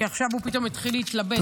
כי עכשיו הוא פתאום התחיל להתלבט.